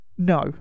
No